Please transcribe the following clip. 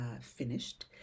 finished